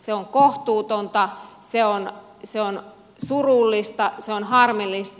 se on kohtuutonta se on surullista se on harmillista